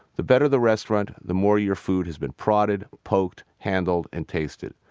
the better the restaurant, the more your food has been prodded, poked, handled, and tasted.